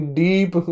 deep